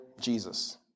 Jesus